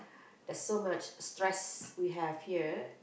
there's so much stress we have here